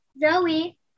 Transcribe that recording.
Zoe